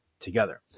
Together